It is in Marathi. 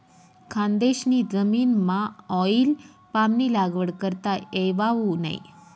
खानदेशनी जमीनमाऑईल पामनी लागवड करता येवावू नै